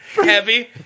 Heavy